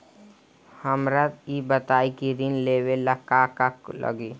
हमरा ई बताई की ऋण लेवे ला का का लागी?